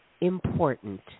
important